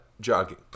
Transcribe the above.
Jogging